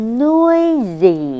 noisy